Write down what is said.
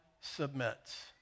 submits